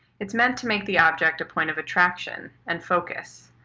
it's meant to make the object a point of attraction and focus.